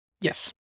Yes